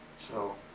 so,